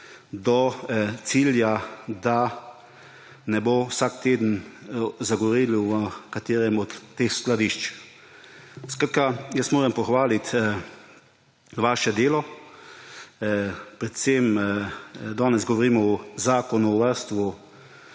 do cilja, da ne bo vsak teden zagorelo v katerem od teh skladišč. Skratka, moram pohvaliti vaše delo. Danes govorimo o zakonu o varstvu